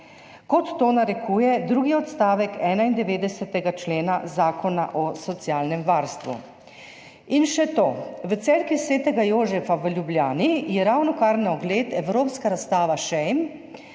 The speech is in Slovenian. kot to narekuje drugi odstavek 91. člena Zakona o socialnem varstvu? In še to. V Cerkvi sv. Jožefa v Ljubljani je ravnokar na ogled evropska razstava Shame,